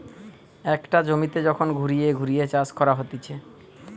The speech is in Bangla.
একটা জমিতে যখন ঘুরিয়ে ঘুরিয়ে চাষ করা হতিছে